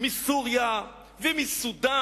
מסוריה ומסודן.